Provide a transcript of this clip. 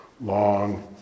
long